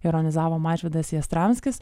ironizavo mažvydas jastramskis